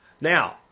Now